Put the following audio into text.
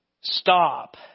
stop